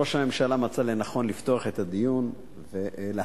ראש הממשלה מצא לנכון לפתוח את הדיון ולהציג